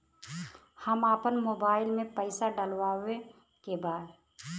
हम आपन मोबाइल में पैसा डलवावे के बा?